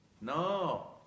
No